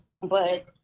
but-